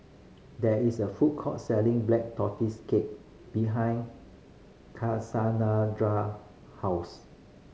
there is a food court selling Black Tortoise Cake behind house